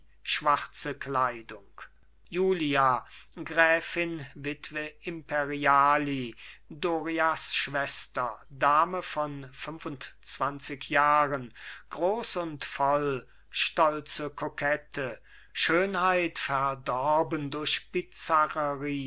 schwarze kleidung julia gräfinwitwe imperiali dorias schwester dame von fünfundzwanzig jahren groß und voll stolze kokette schönheit verdorben durch bizarrerie